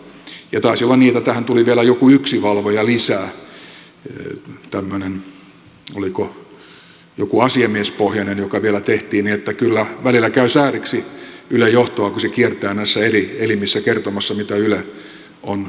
taisi olla niin että tähän tuli vielä jokin yksi valvoja lisää tämmöinen oliko jokin asiamiespohjainen joka vielä tehtiin niin että kyllä välillä käy sääliksi ylen johtoa kun se kiertää näissä eri elimissä kertomassa mitä yle on tekemässä